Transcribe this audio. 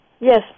Yes